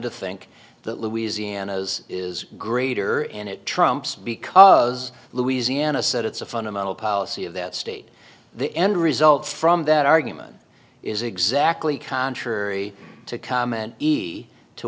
to think that louisiana's is greater and it trumps because louisiana said it's a fundamental policy of that state the end result from that argument is exactly contrary to comment